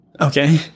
okay